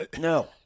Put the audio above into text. no